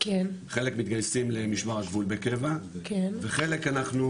חלק מתגייסים למשמר הגבול בקבע וחלק אנחנו